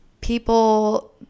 people